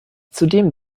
zudem